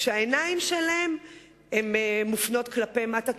כשהעיניים שלהם מופנות כלפי מטה,